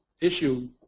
issue